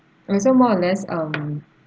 and so more or less um